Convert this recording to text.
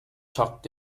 tucked